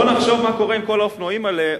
בואו ונחשוב מה קורה אם כל האופנוענים האלה,